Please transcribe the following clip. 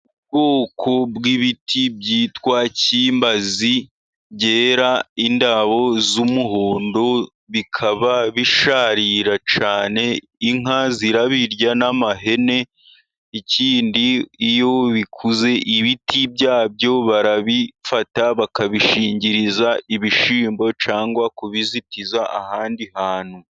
Ubwoko bw'ibiti byitwa cyimbazi, byera indabo z'umuhondo, bikaba bisharira cyane, inka zirabirya n'amahene ikindi iyo bikuze ibiti byabyo barabifata bakabishingiriza ibishyimbo cyangwa kubizitiza ahandi hantu.